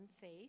faith